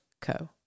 Co